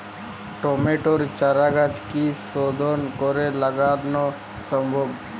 টমেটোর চারাগাছ কি শোধন করে লাগানো সম্ভব?